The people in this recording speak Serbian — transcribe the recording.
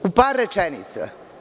U par rečenica.